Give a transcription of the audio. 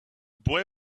boy